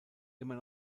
immer